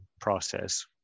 process